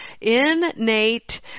innate